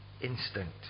instinct